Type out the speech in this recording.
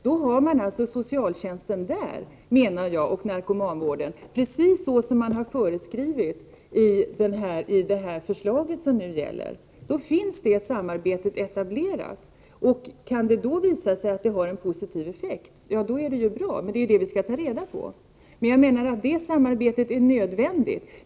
Då fungerar socialtjänsten och narkomanvården precis så som har föreskrivits i det här förslaget som nu gäller — då finns samarbetet etablerat. Kan det då visa sig att det blir en positiv effekt, då är det ju bra. Men det är det vi skall ta reda på. Jag menar att detta samarbete är nödvändigt.